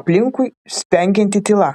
aplinkui spengianti tyla